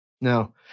No